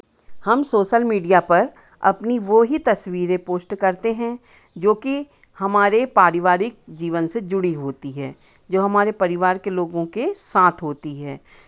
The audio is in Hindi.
हम सोशल मीडिया पर अपनी वो ही तस्वीरें पोस्ट करते हैं जोकि हमारे पारिवारिक जीवन से जुड़ी होती हैं जो हमारे परिवार के लोगों के साथ होती है